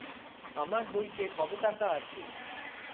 আমার বইতে কত টাকা আছে?